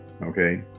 okay